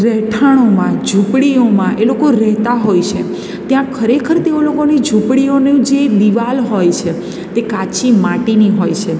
રહેઠાણોમાં ઝૂંપડીઓમાં એ લોકો રહેતા હોય છે ત્યાં ખરેખર તેઓ લોકોની ઝૂંપડીઓની જે દીવાલ હોય છે તે કાચી માટીની હોય છે